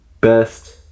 best